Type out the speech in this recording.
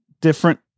Different